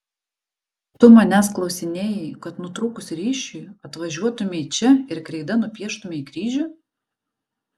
tu manęs klausinėji kad nutrūkus ryšiui atvažiuotumei čia ir kreida nupieštumei kryžių